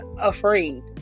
afraid